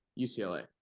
UCLA